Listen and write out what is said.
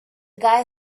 guy